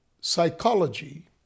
Psychology